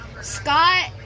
Scott